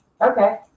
Okay